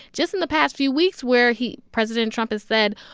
just in the past few weeks, where he president trump has said,